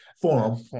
forum